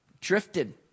drifted